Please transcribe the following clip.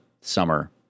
summer